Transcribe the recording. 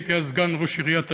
הייתי אז סגן ראש עיריית אשדוד,